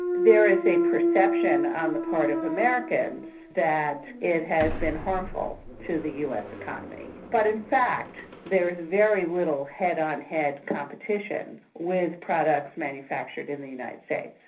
a perception on the part of americans that it has been harmful to the us economy. but in fact there is very little head-on-head competition with products manufactured in the united states.